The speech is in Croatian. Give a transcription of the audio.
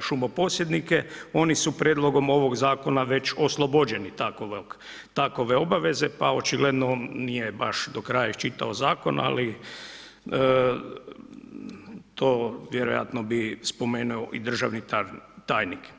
šumo posjednike, oni su prijedlogom ovog zakona već oslobođeni takove obaveze pa očigledno on nije baš do kraja iščitao zakon, ali to vjerojatno bi spomenuo i državni tajnik.